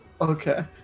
Okay